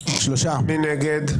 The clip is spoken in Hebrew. מי נגד?